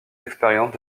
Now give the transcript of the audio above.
expériences